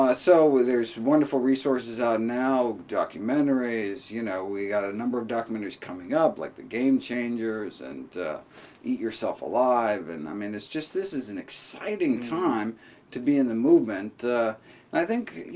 ah so there's wonderful resources out ah now, documentaries, you know, we've got a number of documentaries coming up like the game changers and eat yourself alive. and i mean it's just this is an exciting time to be in the movement. and i think, you